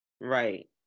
Right